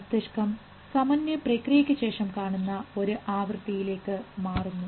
മസ്തിഷ്കം സമന്വയ പ്രക്രിയയ്ക്ക് ശേഷം കാണുന്ന ഒരു ആ വൃത്തിയിലേക്ക് മാറുന്നു